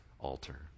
altar